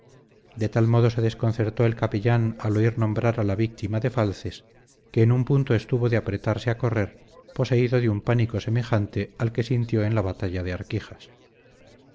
de tal modo se desconcertó el capellán al oír nombrar a la víctima de falces que en un punto estuvo que apretase a correr poseído de un pánico semejante al que sintió en la batalla de arquijas